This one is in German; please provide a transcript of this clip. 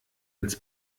ins